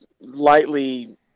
lightly